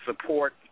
support